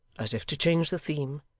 as if to change the theme,